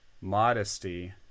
modesty